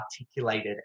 articulated